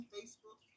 Facebook